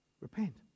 Repent